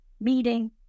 meeting